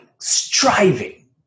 striving